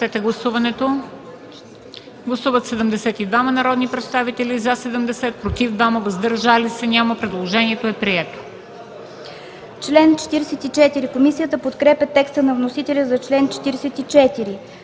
Гласували 72 народни представители: за 70, против 2, въздържали се няма. Предложението е прието.